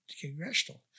congressional